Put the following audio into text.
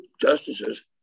justices